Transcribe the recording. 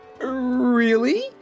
Really